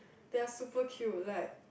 they are super cute like